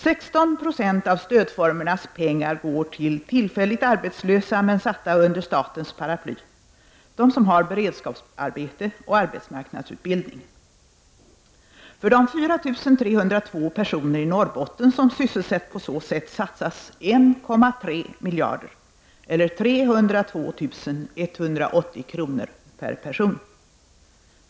”16 procent av stödformernas pengar går till tillfälligt arbetslösa men satta under statens paraply; de som har beredskapsarbete och arbetsmarknadsutbildning. För de 4302 personer i Norrbotten som sysselsatts på så sätt satsas 1,3 miljarder — eller 302 180 kr. per person!